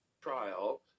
trial